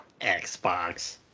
Xbox